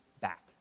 back